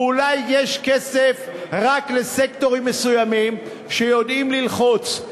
ואלי יש כסף רק לסקטורים מסוימים שיודעים ללחוץ.